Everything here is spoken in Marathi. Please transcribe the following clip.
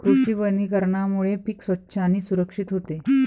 कृषी वनीकरणामुळे पीक स्वच्छ आणि सुरक्षित होते